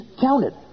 counted